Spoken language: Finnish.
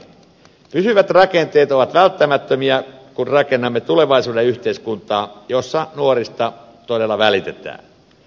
pysyvät rakenteet ovat välttämättömiä kun rakennamme tulevaisuuden yhteiskuntaa jossa nuorista todella välitetään